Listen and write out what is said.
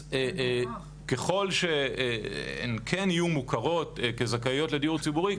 ככול שהן כן יהיו מוכרות כזכאיות לדיור ציבורי,